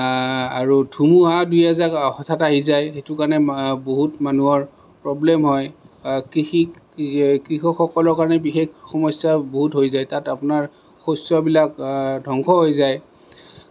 আৰু ধুমুহা দুই এজাক হঠাৎ আহি যায় সেইটো কাৰণে বহুত মানুহৰ প্ৰব্লেম হয় কৃষি কৃষকসকলৰ কাৰণে বিশেষ সমস্যা বহুত হৈ যায় তাত আপোনাৰ শস্যবিলাক ধ্বংস হৈ যায়